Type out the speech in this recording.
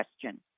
question